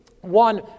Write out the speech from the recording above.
one